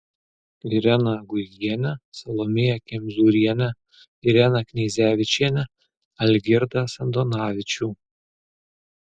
ireną guigienę salomėją kemzūrienę ireną kneizevičienę algirdą sandonavičių